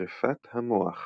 שרפת המוח